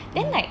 mmhmm